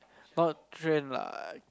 not lah